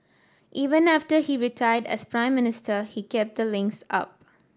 even after he retired as Prime Minister he kept the links up